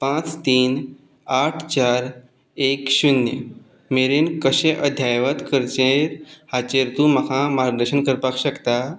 पांच तीन आठ चार एक शुन्य मेरेन कशें अध्यावत करचेर हाचेर तूं म्हाका मार्गदशन करपाक शकता